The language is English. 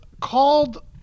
called